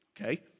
okay